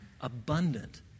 abundant